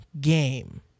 game